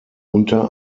unter